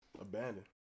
Abandoned